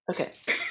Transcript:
Okay